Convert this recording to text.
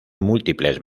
múltiples